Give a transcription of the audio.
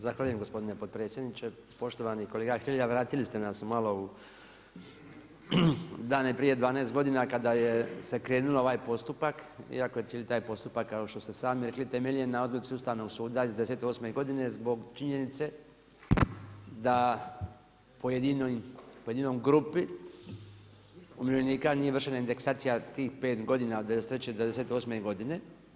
Zahvaljujem gospodine potpredsjedniče Poštovani kolega Hrelja, vratili ste nas malo dane prije 12 godina kada se krenulo u ovaj postupak iako je cijeli taj postupak kao što ste sami rekli, temeljen na odluci Ustavnog suda iz '98. godine zbog činjenice da pojedinoj grupi umirovljenika nije vršena indeksacija tih 5 godina od '93 do '98. godine.